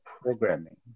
programming